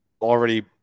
already